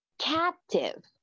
captive